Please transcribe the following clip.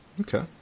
Okay